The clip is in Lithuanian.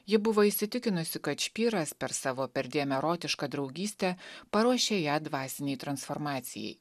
ji buvo įsitikinusi kad špyras per savo perdėm erotišką draugystę paruošė ją dvasinei transformacijai